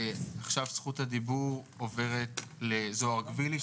עכשיו זכות הדיבור עוברת לזוהר גבילי,